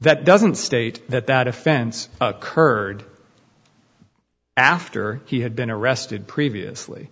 that doesn't state that that offense occurred after he had been arrested previously